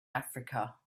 africa